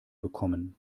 bekommen